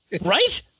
Right